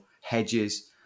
hedges